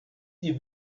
die